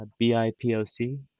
bipoc